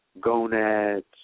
gonads